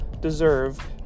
deserve